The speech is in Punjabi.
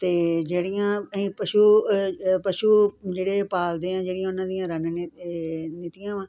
ਅਤੇ ਜਿਹੜੀਆਂ ਅਸੀਂ ਪਸ਼ੂ ਪਸ਼ੂ ਜਿਹੜੇ ਪਾਲਦੇ ਹਾਂ ਜਿਹੜੀਆਂ ਉਨ੍ਹਾਂ ਦੀਆਂ ਰਣਨੀਤੀਆਂ ਏ ਨੀਤੀਆਂ ਵਾਂ